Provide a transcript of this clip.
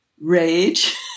rage